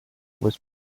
was